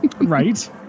Right